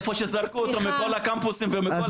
איפה שזרקו אותו מכל הקמפוסים ומכל המדרגות,